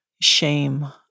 shame